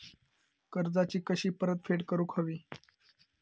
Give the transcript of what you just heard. कर्जाची कशी परतफेड करूक हवी?